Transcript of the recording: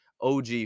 og